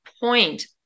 point